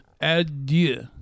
adieu